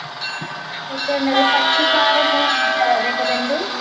okay అండి అదే పచ్చికారం అంటారు అదే కదండి